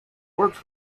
works